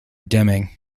deming